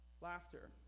laughter